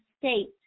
state